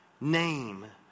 name